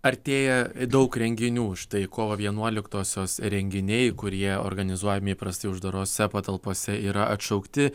artėja daug renginių štai kovo vienuoliktosios renginiai kurie organizuojami įprastai uždarose patalpose yra atšaukti